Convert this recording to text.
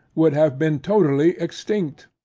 would have been totally extinct.